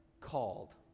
called